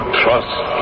trust